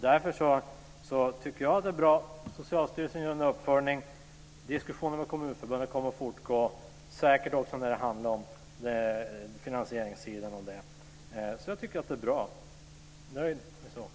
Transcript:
Därför tycker jag att det är bra att Socialstyrelsen gör en uppföljning. Diskussionerna med Kommunförbundet kommer att fortgå, säkert också när det gäller finansieringen. Jag tycker alltså att det är bra. Jag är nöjd.